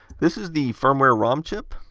this is the firmware rom chip.